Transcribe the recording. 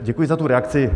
Děkuji za tu reakci.